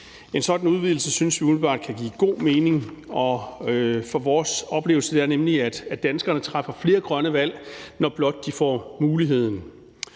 En sådan udvidelse synes vi umiddelbart kan give god mening, for vores oplevelse er nemlig, at danskerne træffer flere grønne valg, når blot de får muligheden.